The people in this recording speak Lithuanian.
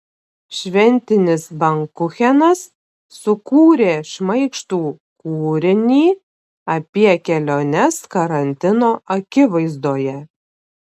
šventinis bankuchenas sukūrė šmaikštų kūrinį apie keliones karantino akivaizdoje